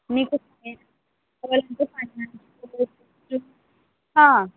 మీకు హా